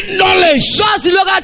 knowledge